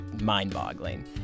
mind-boggling